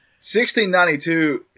1692